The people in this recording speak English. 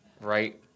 right